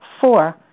four